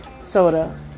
soda